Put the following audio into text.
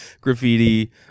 graffiti